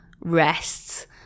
rests